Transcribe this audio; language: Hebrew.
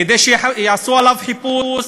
כדי שיעשו עליו חיפוש,